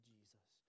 Jesus